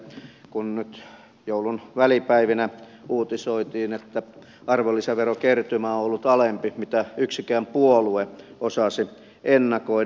muistutan esimerkiksi siitä kun nyt joulun välipäivinä uutisoitiin että arvonlisäverokertymä on ollut alempi kuin yksikään puolue osasi ennakoida